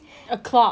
ya